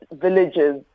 villages